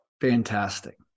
fantastic